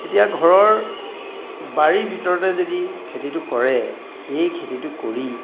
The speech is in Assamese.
এতিয়া ঘৰৰ বাৰীৰ ভিতৰতে যদি খেতিটো কৰে সেই খেতিটো কৰি